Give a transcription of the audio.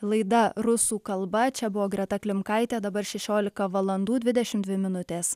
laida rusų kalba čia buvo greta klimkaitė dabar šešiolika valandų dvidešimt dvi minutės